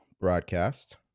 broadcast